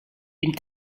une